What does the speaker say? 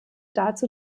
dazu